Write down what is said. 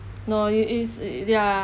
no it is it it ya